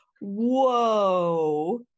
whoa